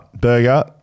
burger